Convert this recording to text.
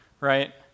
right